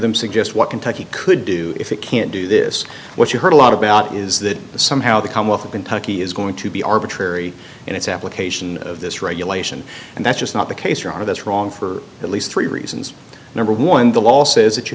them suggest what kentucky could do if it can't do this what you heard a lot about is that somehow they come up with kentucky is going to be arbitrary in its application of this regulation and that's just not the case you are that's wrong for at least three reasons number one the law says that you